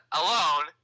alone